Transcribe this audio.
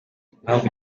impamvu